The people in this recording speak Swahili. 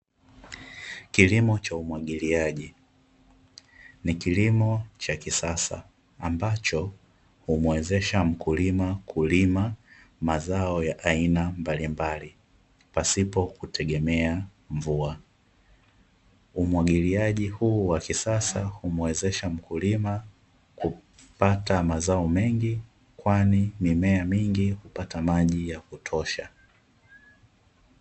Kilimo cha umwagiliaji. Ni kilimo cha kisasa ambacho humwezesha mkulima kulima mazao ya aina mbalimbali, pasipo kutegemea mvua. Umwagiliaji huu wa kisasa humwezesha mkulima kupata mazao mengi kwani mimea mingi hupata maji ya kutosha.